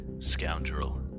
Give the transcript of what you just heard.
Scoundrel